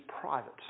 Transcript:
private